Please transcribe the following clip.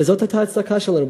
וזאת הייתה הצדקה שלנו,